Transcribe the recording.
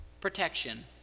protection